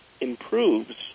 improves